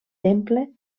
temple